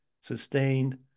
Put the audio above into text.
sustained